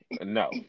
No